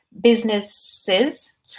businesses